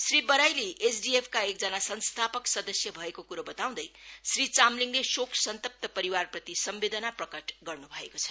श्री बराईलीले आफ्नो party SDF एकजना संस्थापक सदस्य भएको कुरो बताउँदै श्री चामलिङले शोक सन्तप्त परिवारप्रति समवेदना प्रकट गर्नु भएको छ